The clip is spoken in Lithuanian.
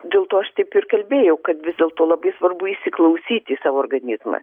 dėl to aš taip ir kalbėjau kad vis dėlto labai svarbu įsiklausyti į savo organizmą